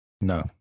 No